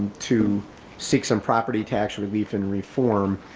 to seek some property tax relief and reform,